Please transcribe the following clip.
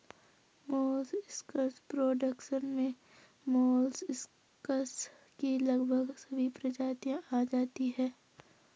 molluscs production में molluscs की लगभग सभी प्रजातियां आ जाती हैं